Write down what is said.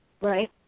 Right